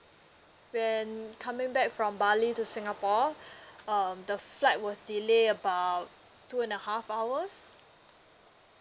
when coming back from bali to singapore um the flight was delay about two and a half hours